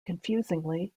confusingly